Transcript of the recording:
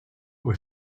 was